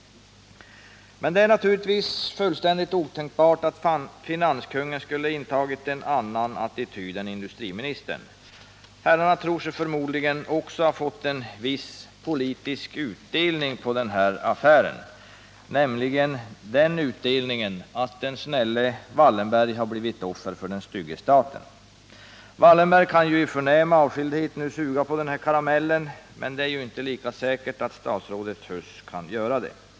Men det är naturiigtvis fullständigt otänkbart att finanskungen skulle inta en annan attityd än industriministern. Herrarna tror sig förmodligen också ha fått en viss politisk utdelning på affären, nämligen att den snälle Wallenberg blivit ett offer för den stygga staten. Wallenberg kan ju i förnäm avskildhet suga på den karamellen, men det är inte lika säkert att statsrådet Huss kan göra det.